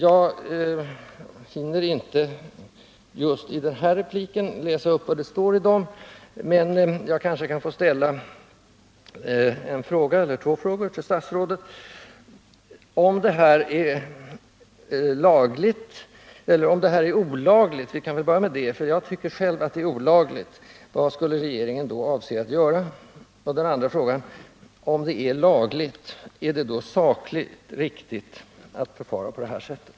Jag hinner inte just i den här repliken läsa upp vad som står där, men jag kanske i stället kan få ställa två frågor till statsrådet: Om det förfarande som jag har aktualiserat är olagligt — jag vill börja med den frågan, och jag tycker själv att det är olagligt — vad avser regeringen att i så fall göra? Om det är lagligt, är det då sakligt riktigt att förfara på det här sättet?